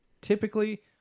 typically